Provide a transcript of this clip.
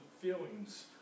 feelings